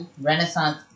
Renaissance